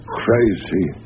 crazy